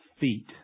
feet